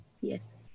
Yes